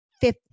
fifth